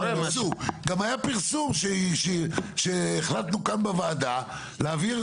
היה פרסום שהחלטנו כאן בוועדה להעביר,